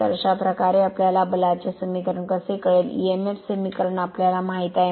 तर अशाप्रकारे आपल्याला बलाचे समीकरण कसे कळेल emf समीकरण आपल्याला माहित आहे